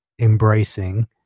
embracing